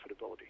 profitability